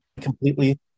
completely